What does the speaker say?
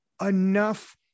enough